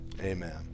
amen